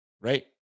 right